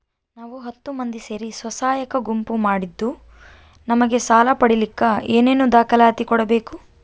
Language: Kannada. ನಾವು ಹತ್ತು ಮಂದಿ ಸೇರಿ ಸ್ವಸಹಾಯ ಗುಂಪು ಮಾಡಿದ್ದೂ ನಮಗೆ ಸಾಲ ಪಡೇಲಿಕ್ಕ ಏನೇನು ದಾಖಲಾತಿ ಕೊಡ್ಬೇಕು?